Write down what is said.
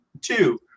two